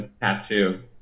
tattoo